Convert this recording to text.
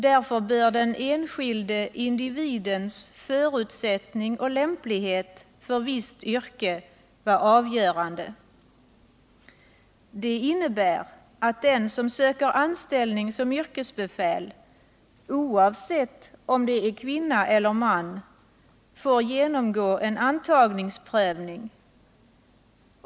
Därför bör den enskilde individens förutsättning och lämplighet för visst yrke vara avgörande. Det innebär att den som söker anställning som yrkesbefäl, oavsett om det är en kvinna eller en man, får genomgå antagningsprövning.